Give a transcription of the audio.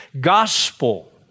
gospel